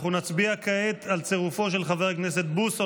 אנחנו נצביע כעת על צירופו של חבר הכנסת בוסו